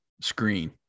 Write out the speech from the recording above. screen